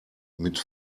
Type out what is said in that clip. mit